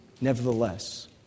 nevertheless